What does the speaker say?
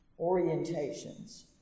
orientations